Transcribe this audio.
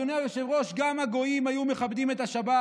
אדוני היושב-ראש, "גם הגויים היו מכבדים את השבת.